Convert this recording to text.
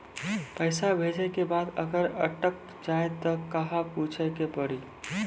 पैसा भेजै के बाद अगर अटक जाए ता कहां पूछे के पड़ी?